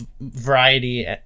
variety